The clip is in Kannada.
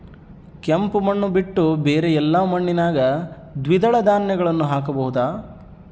ಕೆಂಪು ಮಣ್ಣು ಬಿಟ್ಟು ಬೇರೆ ಎಲ್ಲಾ ಮಣ್ಣಿನಾಗ ದ್ವಿದಳ ಧಾನ್ಯಗಳನ್ನ ಹಾಕಬಹುದಾ?